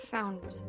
Found